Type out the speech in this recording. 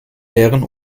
leeren